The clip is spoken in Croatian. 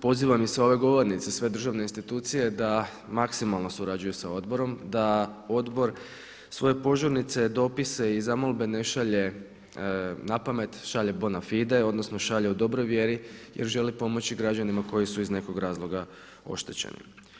pozivam sa ove govornice i sve državne institucije da maksimalno surađuju sa odborom, da odbor svoje požurnice, dopise i zamolbe ne šalje na pamet, šalje bona fide, odnosno šalje u dobroj vjeri jer želi pomoći građanima koji su iz nekog razloga oštećeni.